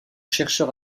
chercheur